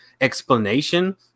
explanation